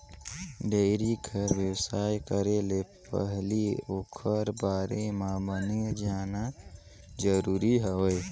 dairy कर बेवसाय करे ले पहिली ओखर बारे म बने जानना जरूरी होथे